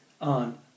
on